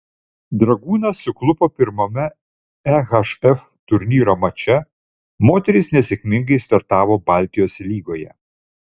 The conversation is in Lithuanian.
dragūnas suklupo pirmame ehf turnyro mače moterys nesėkmingai startavo baltijos lygoje